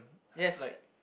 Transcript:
yes